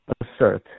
assert